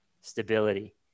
Stability